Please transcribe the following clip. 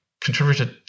contributed